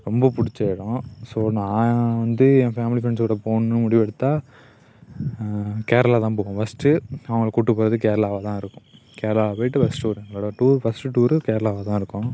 ரொம்ப பிடிச்ச இடம் ஸோ நான் வந்து என் ஃபேமிலி ஃப்ரெண்ட்ஸோட போகணும்னு முடிவெடுத்தால் கேரளாதான் போவேன் ஃபஸ்ட் அவங்கள கூட்டு போகிறது கேரளாவாதான் இருக்கும் கேரளா போய்ட்டு ஃபஸ்ட்டு எங்களோட ஒரு டூர் ஃபஸ்ட்டு டூர் கேரளாவாதான் இருக்கும்